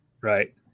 Right